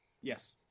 Yes